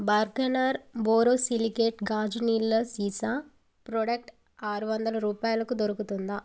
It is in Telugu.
బార్గనర్ బొరోసిలికేట్ గాజు నీళ్ళ సీసా ప్రోడక్ట్ ఆరు వందల రూపాయలకు దొరుకుతుందా